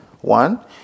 One